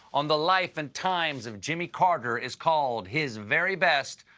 on the life and times of jimmy carter, is called his very best.